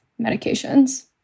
medications